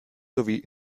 sowie